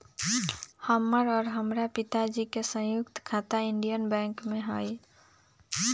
हमर और हमरा पिताजी के संयुक्त खाता इंडियन बैंक में हई